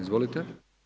Izvolite.